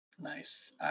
Nice